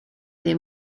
their